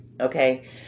Okay